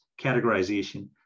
categorization